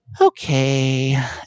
Okay